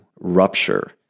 rupture